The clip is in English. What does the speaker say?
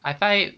I find